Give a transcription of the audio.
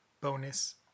Bonus